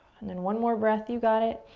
and and one more breath, you got it.